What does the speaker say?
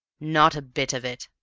not a bit of it,